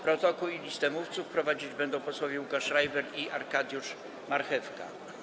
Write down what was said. Protokół i listę mówców prowadzić będą posłowie Łukasz Schreiber i Arkadiusz Marchewka.